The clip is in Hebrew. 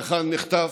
האחד נחטף,